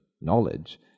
knowledge